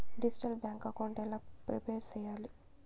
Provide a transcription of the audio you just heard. Digital bank account ఎలా prepare సెయ్యాలి?